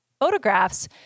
photographs